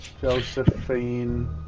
Josephine